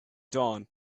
dawn